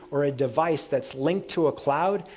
or a device that's linked to a cloud,